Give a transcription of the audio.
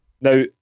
Now